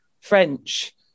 French